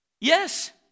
Yes